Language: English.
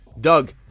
Doug